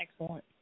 excellent